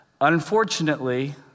Unfortunately